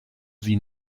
sie